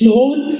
Lord